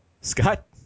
Scott